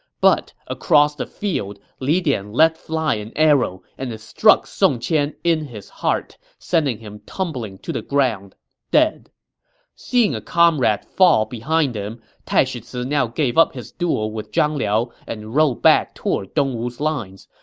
but across the field, li dian let fly an arrow, and it struck song qian in his heart, sending him tumbling to the ground dead seeing a comrade fall behind him, taishi ci so now gave up his duel with zhang liao and rode back toward dongwu's lines.